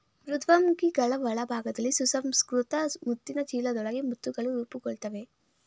ಮೃದ್ವಂಗಿಗಳ ಒಳಭಾಗದಲ್ಲಿ ಸುಸಂಸ್ಕೃತ ಮುತ್ತಿನ ಚೀಲದೊಳಗೆ ಮುತ್ತುಗಳು ರೂಪುಗೊಳ್ತವೆ